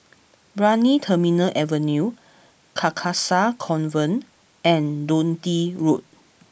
Brani Terminal Avenue Carcasa Convent and Dundee Road